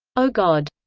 o god!